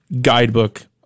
guidebook